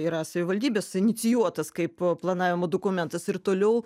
yra savivaldybės inicijuotas kaip planavimo dokumentas ir toliau